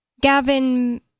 Gavin